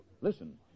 Listen